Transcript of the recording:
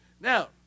Now